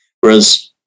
Whereas